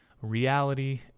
reality